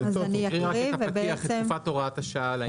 תקריאי רק את הפתיח את תקופת הוראת השעה.